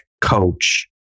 coach